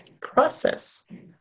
process